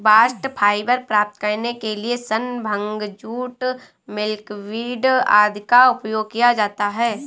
bast fiber प्राप्त करने के लिए सन, भांग, जूट, मिल्कवीड आदि का उपयोग किया जाता है